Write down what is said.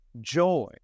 joy